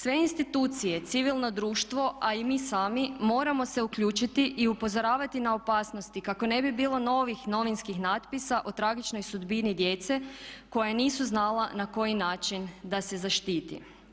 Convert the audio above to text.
Sve institucije, civilno društvo a i mi sami moramo se uključiti i upozoravati na opasnosti kako ne bi bilo novih novinskih natpisa o tragičnoj sudbini djece koja nisu znala na koji način da se zaštiti.